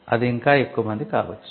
అది ఇంకా ఎక్కువ మంది కావచ్చు